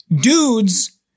dudes